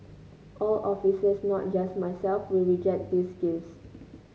all officers not just myself will reject these gifts